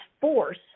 force